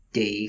chị